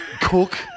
Cook